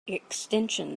extension